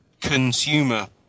consumer